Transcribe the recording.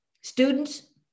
students